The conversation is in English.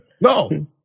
No